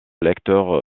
lecteur